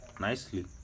nicely